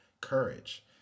courage